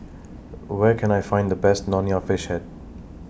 Where Can I Find The Best Nonya Fish Head